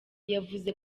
yavuze